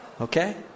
Okay